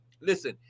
Listen